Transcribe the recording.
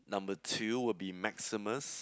number two will be Maximus